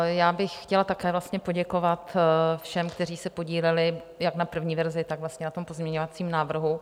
Já bych chtěla vlastně také poděkovat všem, kteří se podíleli jak na první verzi, tak vlastně na tom pozměňovacím návrhu.